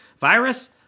Virus